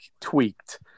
tweaked